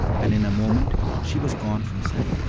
and in a moment she was gone from sight.